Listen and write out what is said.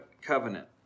covenant